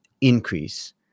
increase